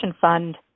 fund